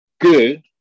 Good